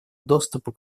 доступа